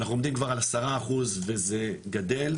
אנחנו עומדים כבר על עשרה אחוז וזה גדל,